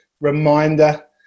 reminder